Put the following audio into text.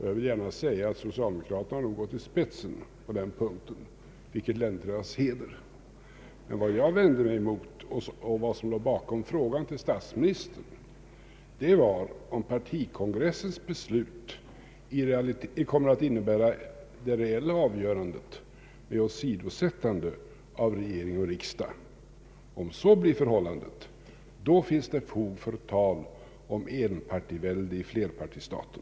Jag vill gärna säga att socialdemokraterna nog har gått i spetsen på den punkten, vilket länder till deras heder. Men vad jag vände mig emot och vad som låg bakom frågan till statsministern var om partikongressens beslut kommer att innebära det reella avgörandet med åsidosättande av regering och riksdag. Om så blir förhållandet, finns det fog för talet om enpartivälde i flerpartistaten.